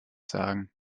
sagen